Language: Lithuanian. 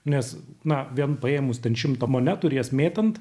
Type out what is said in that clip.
nes na vien paėmus ten šimtą monetų ir jas mėtant